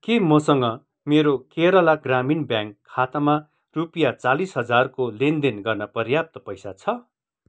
के मसँग मेरो केरला ग्रामीण ब्याङ्क खातामा रुपियाँ चालिस हजारको लेनदेन गर्न पर्याप्त पैसा छ